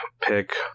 pick